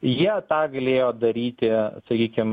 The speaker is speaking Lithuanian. jie tą galėjo daryti sakykim